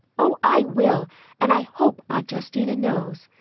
oh, i will and i hope aunt justina knows,